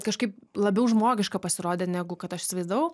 kažkaip labiau žmogiška pasirodė negu kad aš įsivaizdavau